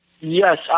yes